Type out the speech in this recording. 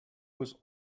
was